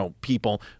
people